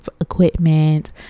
equipment